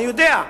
אני יודע.